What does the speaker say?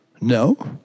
No